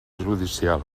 judicial